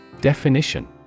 Definition